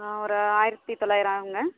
ஆ ஒரு ஆயிரத்தி தொள்ளாயிரம் ஆகும்ங்க